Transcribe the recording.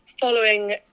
following